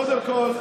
קודם כול,